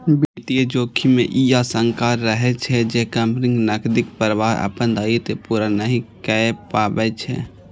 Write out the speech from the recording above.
वित्तीय जोखिम मे ई आशंका रहै छै, जे कंपनीक नकदीक प्रवाह अपन दायित्व पूरा नहि कए पबै छै